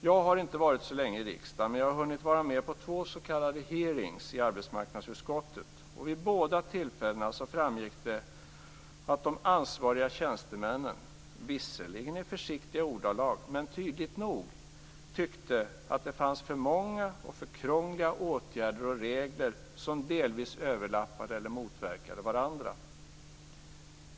Jag har inte varit så länge i riksdagen, men jag har hunnit vara med på två s.k. hearings i arbetsmarknadsutskottet. Vid båda tillfällena framgick det att de ansvariga tjänstemännen, visserligen i försiktiga ordalag men tydligt nog, tyckte att det fanns för många och för krångliga åtgärder och regler som delvis överlappade eller motverkade varandra.